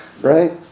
right